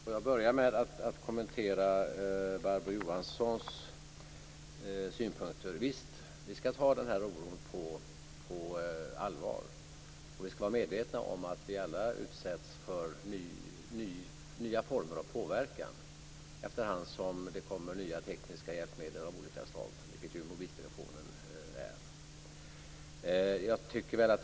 Fru talman! Jag börjar med att kommentera Barbro Johanssons synpunkter. Vi skall ta den här oron på allvar, och vi skall vara medvetna om att vi alla utsätts för nya former av påverkan efterhand som det kommer nya tekniska hjälpmedel av olika slag, som mobiltelefonen.